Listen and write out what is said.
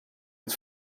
het